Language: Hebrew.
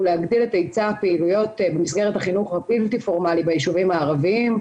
להגדיל את היצע הפעילויות במסגרת החינוך הבלתי פורמלי ביישובים הערביים,